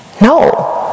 No